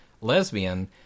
lesbian